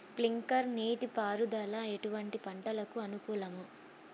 Sprinkler నీటిపారుదల ఎటువంటి పంటలకు అనుకూలము?